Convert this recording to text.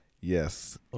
Yes